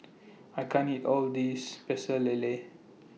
I can't eat All of This Pecel Lele